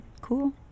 Cool